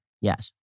Yes